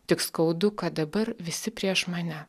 tik skaudu kad dabar visi prieš mane